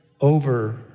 over